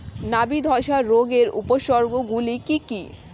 নাবি ধসা রোগের উপসর্গগুলি কি কি?